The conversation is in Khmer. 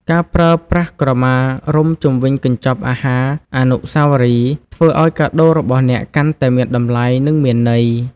ការប្រើប្រាស់ក្រមារុំជុំវិញកញ្ចប់អាហារអនុស្សាវរីយ៍ ធ្វើឱ្យកាដូរបស់អ្នកកាន់តែមានតម្លៃ និងមានន័យ។